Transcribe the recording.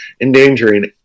endangering